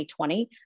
2020